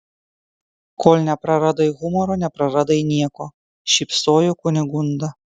kol nepraradai humoro nepraradai nieko šypsojo kunigunda